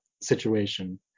situation